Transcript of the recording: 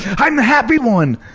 i'm the happy one!